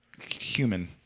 human